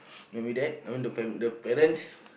maybe that I mean the fam~ the parents